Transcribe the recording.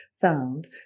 found